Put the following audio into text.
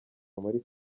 muri